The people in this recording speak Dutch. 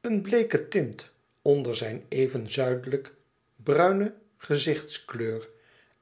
een bleeke tint onder zijn even zuidelijk bruine gezichtskleur